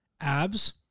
abs